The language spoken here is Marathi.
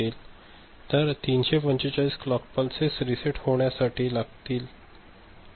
तर 345 क्लॉक पल्सेस रीसेट होण्या साठी लागतील ठीक आहे